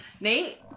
Nate